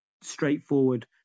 straightforward